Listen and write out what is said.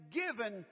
given